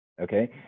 okay